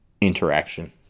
interaction